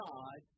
God